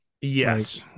yes